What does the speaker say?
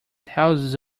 tails